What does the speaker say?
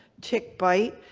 tick bite,